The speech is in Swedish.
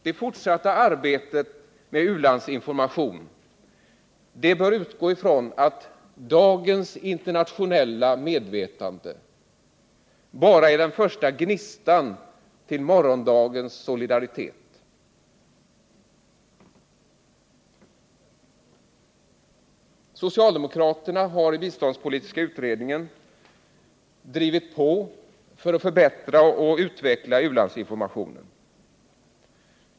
Det fortsatta arbetet med u-landsinformation bör utgå ifrån att dagens internationella medvetande bara är den första gnistan till morgondagens solidaritet. Socialdemokraterna har i den biståndspolitiska utredningen drivit på för att förbättra och utveckla u-landsinformationen.